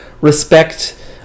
respect